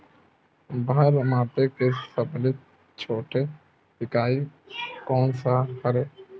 भार मापे के सबले छोटे इकाई कोन सा हरे?